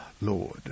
Lord